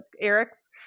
Eric's